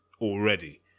already